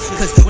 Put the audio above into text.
Cause